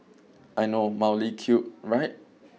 I know mildly cute right